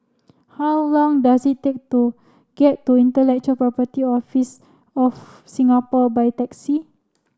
how long does it take to get to Intellectual Property Office of Singapore by taxi